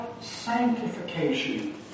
sanctification